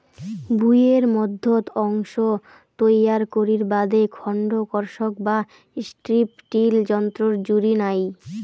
ভুঁইয়ের মইধ্যত অংশ তৈয়ার করির বাদে খন্ড কর্ষক বা স্ট্রিপ টিল যন্ত্রর জুড়ি নাই